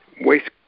waste